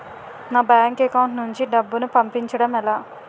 నా bank account నుంచి డబ్బును పంపించడం ఎలా?